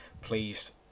please